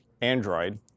Android